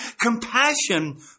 compassion